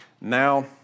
Now